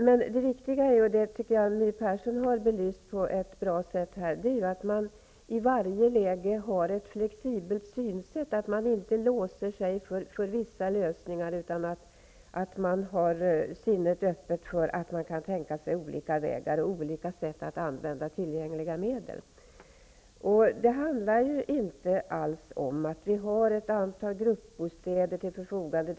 Men det viktiga, som My Persson har belyst på ett bra sätt, är att man i varje läge har ett flexibelt synsätt, att man inte låser sig för vissa lösningar, utan har sinnet öppet för olika vägar och olika sätt att använda tillgängliga medel. Det handlar inte alls om att vi skall ha ett antal gruppbostäder till förfogande.